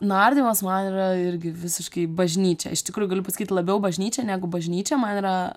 nardymas man yra irgi visiškai bažnyčia iš tikrųjų galiu pasakyt labiau bažnyčia negu bažnyčia man yra